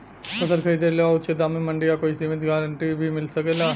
फसल खरीद लेवे क उचित दाम में मंडी या कोई समिति से गारंटी भी मिल सकेला?